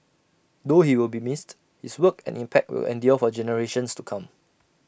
though he will be missed his work and impact will endure for generations to come